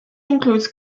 includes